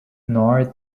nor